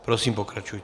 Prosím, pokračujte.